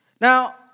Now